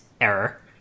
error